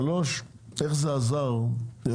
ועדה שעוסקת גם בפטורים ובמיזוגים וגם